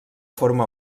forma